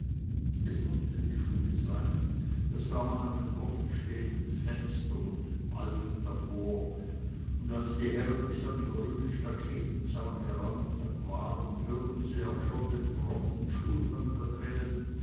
es mußte die schule sein das sah man an den offenstehenden fenstern und den malven davor und als die herren bis an den grünen staketenzaun heran waren hörten sie auch schon den prompten schulgang da drinnen